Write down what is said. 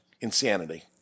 insanity